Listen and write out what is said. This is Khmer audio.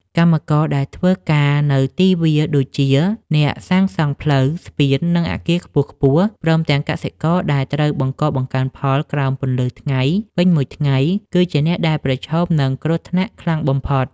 កម្មករដែលធ្វើការនៅទីវាលដូចជា អ្នកសាងសង់ផ្លូវ ស្ពាន និងអគារខ្ពស់ៗ ព្រមទាំងកសិករដែលត្រូវបង្កបង្កើនផលក្រោមពន្លឺថ្ងៃពេញមួយថ្ងៃ គឺជាអ្នកដែលប្រឈមនឹងគ្រោះថ្នាក់ខ្លាំងបំផុត។